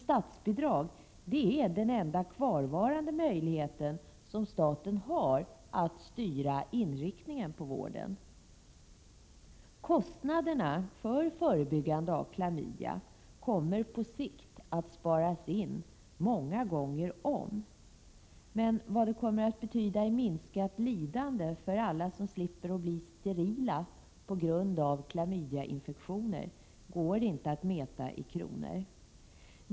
Statsbidrag är den enda kvarvarande möjlighet som staten har att styra inriktningen av vården. När det gäller kostnaderna för förebyggande av klamydia kommer man på sikt att spara in på dessa många gånger om. Men vad det kommer att betyda i minskat lidande för alla dem som slipper bli sterila på grund av klamydiainfektioner går inte att mäta i kronor.